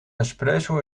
espresso